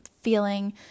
feeling